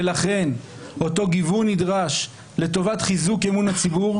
ולכן, אותו גיוון נדרש לטובת חיזוק אמון הציבור.